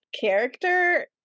character